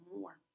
more